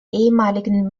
ehemaligen